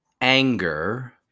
anger